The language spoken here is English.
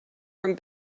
from